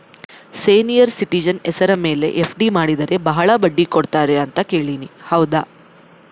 Senior citizen ಹೆಸರ ಮೇಲೆ FD ಮಾಡಿದರೆ ಬಹಳ ಬಡ್ಡಿ ಕೊಡ್ತಾರೆ ಅಂತಾ ಕೇಳಿನಿ ಹೌದಾ?